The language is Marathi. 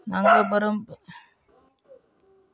नांगर परंपरेने बैल आणि घोडे ओढत असत